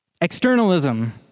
externalism